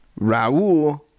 Raul